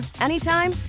anytime